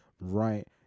right